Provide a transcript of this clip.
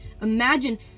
imagine